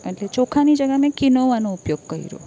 એટલે ચોખાની જગીયાએ મેં કિનોવાનો ઉપયોગ કર્યો